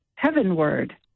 heavenward